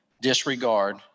disregard